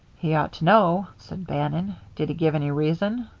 he ought to know, said bannon. did he give any reason?